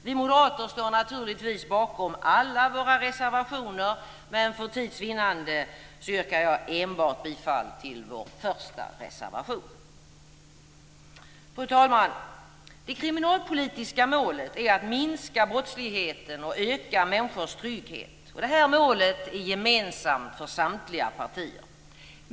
Vi moderater står naturligtvis bakom alla våra reservationer, men för tids vinnande yrkar jag bifall enbart till vår första reservation. Fru talman! Det kriminalpolitiska målet är att minska brottsligheten och öka människors trygghet. Detta mål är gemensamt för samtliga partier.